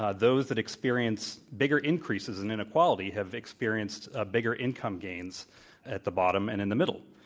ah those that experience bigger increases in inequality, have experienced ah bigger income gains at the bottom and in the middle,